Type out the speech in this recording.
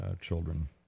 children